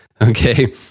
Okay